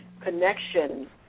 connection